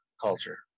culture